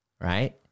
right